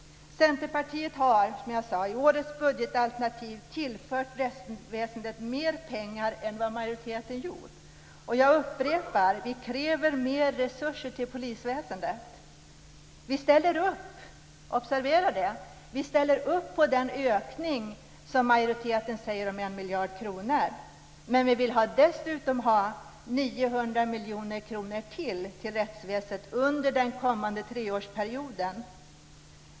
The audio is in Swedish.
Centerpartiet har, som jag sade, i årets budgetalternativ tillfört rättsväsendet mer pengar än vad majoriteten har gjort. Jag upprepar: Vi kräver mer resurser till polisväsendet! Observera att vi ställer upp på den ökning om en miljard kronor som majoriteten talar om. Men vi vill dessutom ha ytterligare 900 miljoner kronor till rättsväsendet under den kommande treårsperioden.